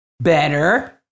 better